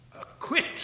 acquit